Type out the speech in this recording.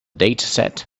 dataset